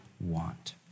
want